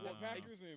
Packers